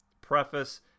preface